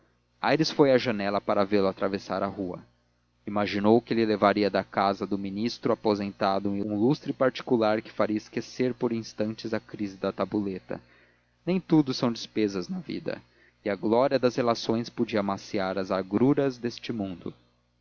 saiu aires foi à janela para vê-lo atravessar a rua imaginou que ele levaria da casa do ministro aposentado um lustre particular que faria esquecer por instantes a crise da tabuleta nem tudo são despesas na vida e a glória das relações podia amaciar as agruras deste mundo